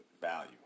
Value